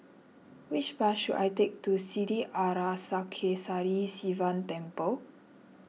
which bus should I take to Sri Arasakesari Sivan Temple